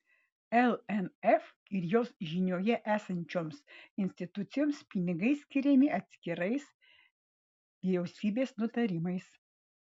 lnf ir jos žinioje esančioms institucijoms pinigai skiriami atskirais vyriausybės nutarimais